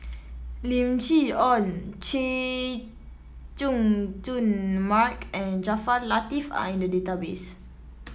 Lim Chee Onn Chay Jung Jun Mark and Jaafar Latiff are in the database